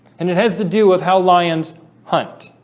and it has to do of how lions hunt